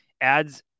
adds